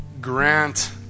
grant